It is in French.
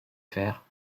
faire